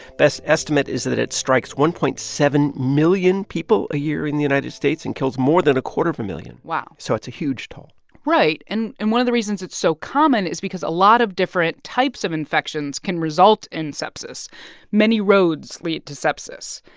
best estimate is that it strikes one point seven million people a year in the united states and kills more than a quarter of a million wow so it's a huge toll right. and and one of the reasons it's so common is because a lot of different types of infections can result in sepsis many roads lead to sepsis.